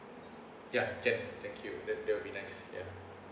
ya can thank you that that will be nice ya